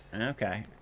okay